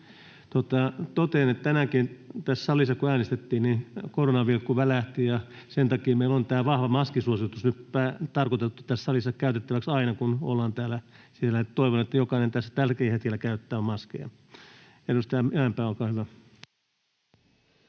Totean, että tänäänkin tässä salissa, kun äänestettiin, Koronavilkku välähti ja sen takia meillä on tämä vahva maskisuositus nyt tarkoitettu tässä salissa käytettäväksi aina, kun ollaan täällä. Toivon, että jokainen täällä tälläkin hetkellä käyttää maskia. — Edustaja Mäenpää, olkaa hyvä.